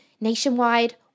nationwide